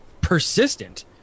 persistent